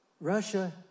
Russia